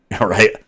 right